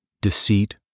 deceit